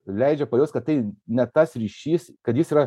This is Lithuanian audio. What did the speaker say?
leidžia pajaust kad tai ne tas ryšys kad jis yra